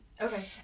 Okay